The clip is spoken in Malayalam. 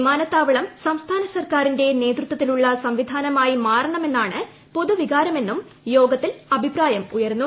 വിമാനത്താവളം സംസ്ഥാന സർക്കാരിന്റെ നേതൃത്വത്തിലുള്ള സംവിധാനമായി മാറ ണമെന്നാണ് പൊതുവികാരമെന്നും യോഗത്തിൽ അഭിപ്രായം ഉയർന്നു